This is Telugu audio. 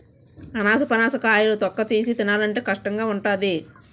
అనాసపనస కాయలు తొక్కతీసి తినాలంటే కష్టంగావుంటాది